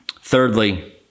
Thirdly